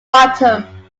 bottom